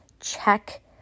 check